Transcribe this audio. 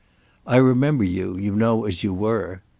i remember you, you know, as you were.